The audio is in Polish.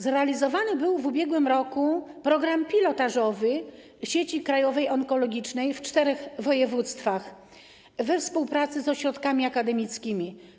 Zrealizowany był w ubiegłym roku program pilotażowy sieci krajowej onkologicznej w czterech województwach we współpracy z ośrodkami akademickimi.